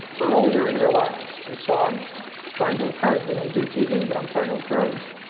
earlier in their lives. and so, i'm trying to encourage we don't do tv. but i'm trying to encourage.